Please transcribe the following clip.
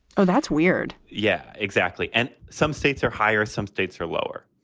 oh, that's weird. yeah, exactly. and some states are higher. some states are lower.